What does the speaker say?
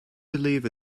believe